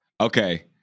okay